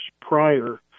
prior